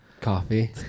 Coffee